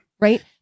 Right